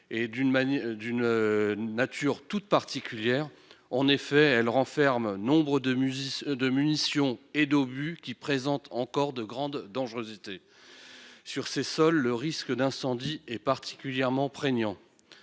est d'une nature toute particulière. En effet, il renferme nombre de munitions et d'obus présentant encore une grande dangerosité. Sur ce sol, le risque incendie est particulièrement prégnant.